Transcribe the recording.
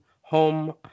Home